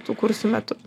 tų kursų metu